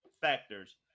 factors